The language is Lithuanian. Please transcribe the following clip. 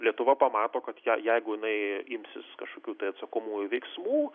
lietuva pamato kad ja jeigu jinai imsis kažkokių tai atsakomųjų veiksmų